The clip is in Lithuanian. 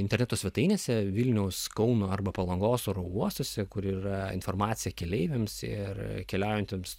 interneto svetainėse vilniaus kauno arba palangos oro uostuose kur yra informacija keleiviams ir keliaujantiems